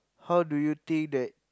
how do you think that